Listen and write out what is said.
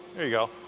you go.